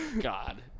God